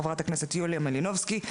חברת הכנסת יוליה מלינובסקי,